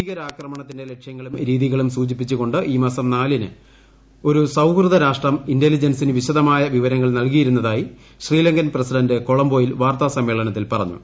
ഭീകരാക്രമണത്തിന്റെ ലക്ഷൃങ്ങളും രീതികളും സൂചിപ്പിച്ചുകൊണ്ട് ഈമാസം നാലിന് ഒരുക്കു സൌഹൃദരാഷ്ട്രം ഇന്റലിജന്റ്സിന് വിശദമായ വിവരങ്ങൾ നൽകിയിരുന്നതായി ശ്രീലങ്കൻ പ്രസിഡന്റ് കൊളംബോയിൽ വീർത്താ സമ്മേളനത്തിൽ പറഞ്ഞു